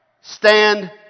Stand